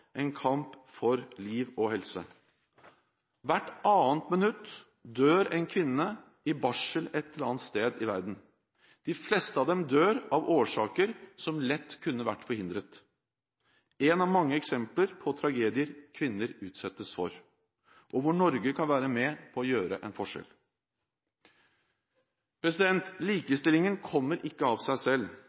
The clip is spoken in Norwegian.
en kamp for liv og helse. Hvert annet minutt dør en kvinne i barsel et eller annet sted i verden. De fleste av dem dør av årsaker som lett kunne vært forhindret. Dette er ett av mange eksempler på tragedier som kvinner utsettes for, og der Norge kan være med og gjøre en forskjell. Likestillingen kommer ikke av seg selv.